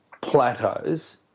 plateaus